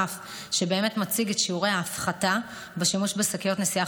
גם גרף שמציג את שיעורי ההפחתה בשימוש בשקיות נשיאה